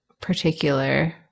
particular